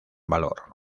valor